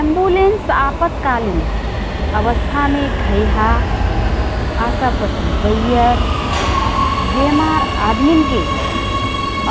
एम्बुलेन्स आपतकालीन अवस्थामे घैहा, आसापती बैयर, बेमार आदमीनके